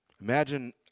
imagine